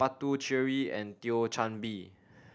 Puthucheary and Thio Chan Bee